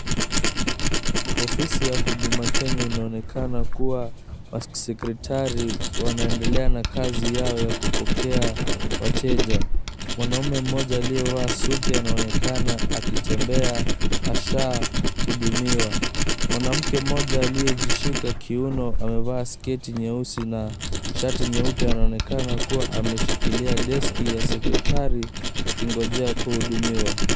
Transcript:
Ofisi ya huduma Kenya inaonekana kuwa wasekretari wanaendelea na kazi yao ya kupokea wateja. Mwanaume mmoja suti anaonekana akitembea ashahudumiwa. Mwanamke mmoja aliyejishika kiuno amevaa sketi nyeusi na shati nyeupe anaonekana kuwa ameshikilia deski ya sekretari akingojea kuhudumiwa.